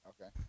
okay